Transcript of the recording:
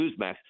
Newsmax